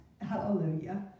Hallelujah